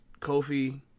Kofi